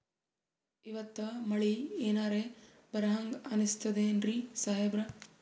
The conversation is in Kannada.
ಇವತ್ತ ಮಳಿ ಎನರೆ ಬರಹಂಗ ಅನಿಸ್ತದೆನ್ರಿ ಸಾಹೇಬರ?